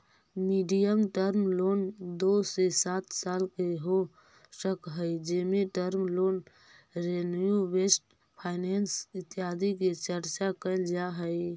medium term loan दो से सात साल के हो सकऽ हई जेमें term loan revenue best finance इत्यादि के चर्चा कैल जा हई